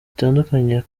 bitandukanye